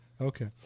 Okay